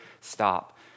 stop